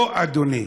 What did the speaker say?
לא, אדוני.